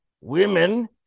Women